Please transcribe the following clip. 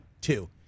two